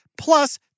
plus